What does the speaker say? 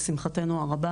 לשמחתנו הרבה,